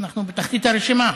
אנחנו בתחתית הרשימה.